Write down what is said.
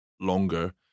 longer